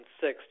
six